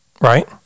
right